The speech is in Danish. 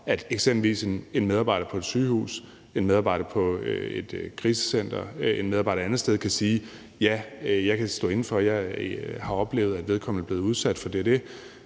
at eksempelvis en medarbejder på et sygehus, en medarbejder på et krisecenter, en medarbejder et andet sted kan sige: Ja, jeg kan stå inde for det, jeg har oplevet, at vedkommende er blevet udsat for det